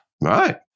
Right